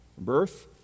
birth